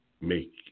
make